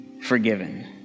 forgiven